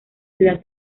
ciudad